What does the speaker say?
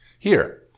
here,